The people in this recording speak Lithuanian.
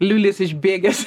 liulys išbėgęs